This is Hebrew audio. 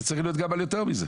זה צריך להיות גם על יותר מזה.